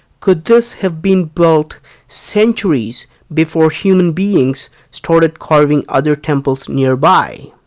could this have been built centuries before human beings started carving other temples nearby?